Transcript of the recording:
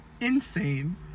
insane